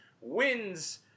wins